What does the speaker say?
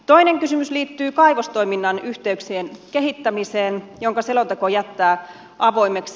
toinen kysymys liittyy kaivostoiminnan yh teyksien kehittämiseen jonka selonteko jättää avoimeksi